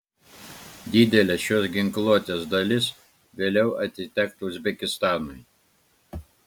didelė šios ginkluotės dalis vėliau atitektų uzbekistanui